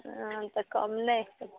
हँ तऽ कम नहि हेतै